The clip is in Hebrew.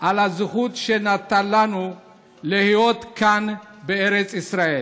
על הזכות שנתן לנו להיות כאן, בארץ ישראל.